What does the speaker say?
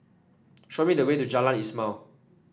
show me the way to Jalan Ismail